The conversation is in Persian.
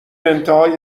انتهای